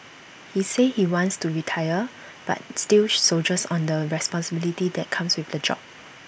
he says he wants to retire but still soldiers on the responsibility that comes with the job